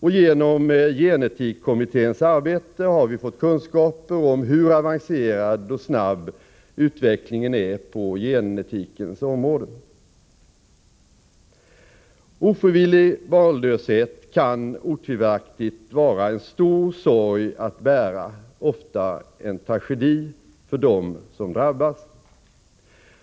Och genom gen-etikkommitténs arbete har vi fått kunskaper om hur avancerad och snabb utvecklingen är på genetikens område. Ofrivillig barnlöshet kan otvivelaktigt vara en stor sorg att bära — ofta en tragedi — för dem som drabbas.